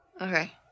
Okay